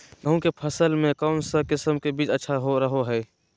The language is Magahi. गेहूँ के फसल में कौन किसम के बीज अच्छा रहो हय?